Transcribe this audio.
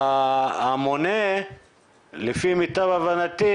המונה לפי מיטב הבנתי,